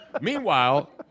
Meanwhile